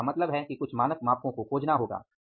तो इसका मतलब है कि कुछ मानक मापको को खोजना होगा